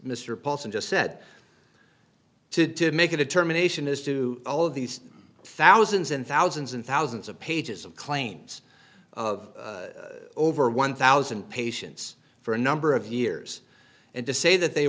mr paulson just said to make a determination as to all of these thousands and thousands and thousands of pages of claims of over one thousand patients for a number of years and to say that they